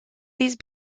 these